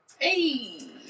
Hey